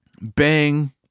bang